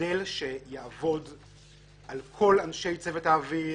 מודל שיעבוד על כל אנשי צוות האוויר,